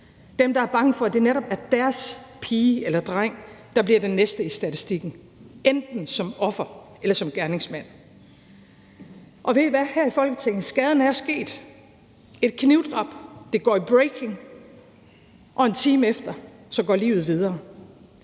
dem, der er bange for, at det netop er deres pige eller dreng, der bliver den næste i statistikken, enten som offer eller som gerningsmand? Og ved I hvad her i Folketinget? Skaden er sket. Et knivdrab går i breaking, og en time efter går livet videre.